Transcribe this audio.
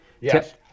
Yes